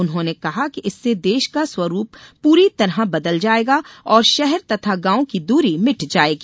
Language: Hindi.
उन्होंने कहा कि इससे देश का स्वरूप पूरी तरह बदल जाएगा और शहर तथा गांव की दूरी मिट जाएगी